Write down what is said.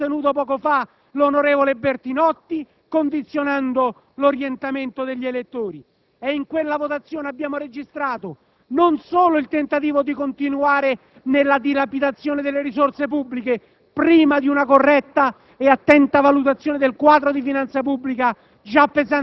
come ha sostenuto poco fa l'onorevole Bertinotti, condizionando l'orientamento degli elettori. In quella votazione abbiamo registrato anche il tentativo di continuare nella dilapidazione delle risorse pubbliche prima di una corretta e attenta valutazione del quadro di finanza pubblica,